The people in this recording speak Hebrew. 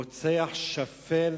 רוצח שפל,